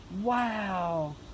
Wow